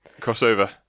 Crossover